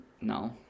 No